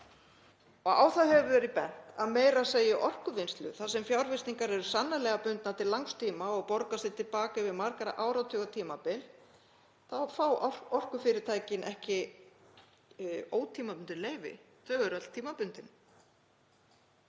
Á það hefur verið bent að meira að segja í orkuvinnslu, þar sem fjárfestingar eru sannarlega bundnar til langs tíma og borga sig til baka yfir margra áratuga tímabil, fá orkufyrirtækin ekki ótímabundin leyfi. Þau eru öll tímabundin.